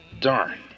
Darn